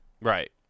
Right